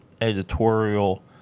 editorial